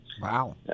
Wow